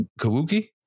Kawuki